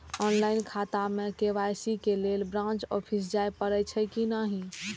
Online खाता में KYC के लेल ब्रांच ऑफिस जाय परेछै कि नहिं?